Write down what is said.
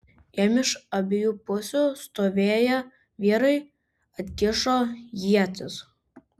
jam iš abiejų pusių stovėję vyrai atkišo ietis